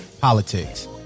politics